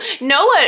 Noah